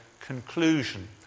conclusion